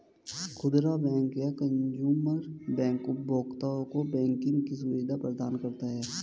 खुदरा बैंक या consumer bank उपभोक्ताओं को बैंकिंग की सुविधा प्रदान करता है